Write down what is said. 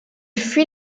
fuit